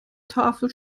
tafel